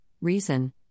Reason